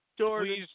Please